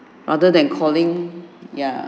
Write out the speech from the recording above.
rather than calling ya